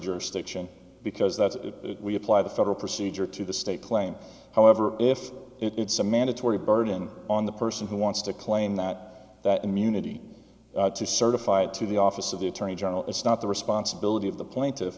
jurisdiction because that's what we apply the federal procedure to the state claim however if it's a mandatory burden on the person who wants to claim that that immunity to certify it to the office of the attorney general it's not the responsibility of the pla